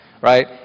right